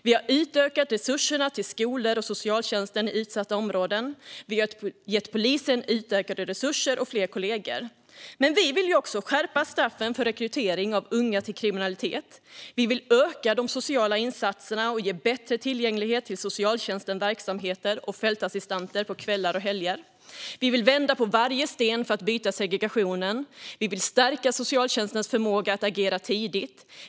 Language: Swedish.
Vi har utökat resurserna till skolor och socialtjänst i utsatta områden. Vi har gett polisen utökade resurser och fler kollegor. Men vi vill också skärpa straffen för rekrytering av unga till kriminalitet. Vi vill öka de sociala insatserna och förbättra tillgängligheten till socialtjänstens verksamheter och fältassistenter på kvällar och helger. Vi vill vända på varje sten för att bryta segregationen. Vi vill stärka socialtjänstens förmåga att agera tidigt.